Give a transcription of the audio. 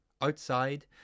Outside